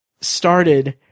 started